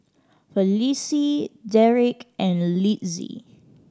Felicie Derek and Litzy